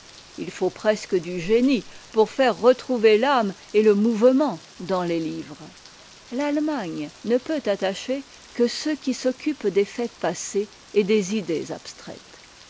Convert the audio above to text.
il faut presque du génie pour faire retrouver l'âme et le mouvement dans les livres l'allemagne ne peut attacher que ceux qui s'occupent des faits passés et des idées abstraites